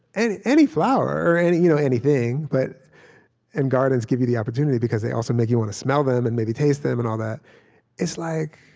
any any flower or any you know thing but and gardens give you the opportunity, because they also make you want to smell them and maybe taste them and all that it's like,